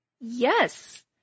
Yes